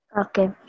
Okay